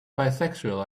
bisexual